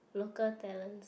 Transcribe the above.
local talents